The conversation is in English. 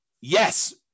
Yes